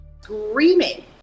screaming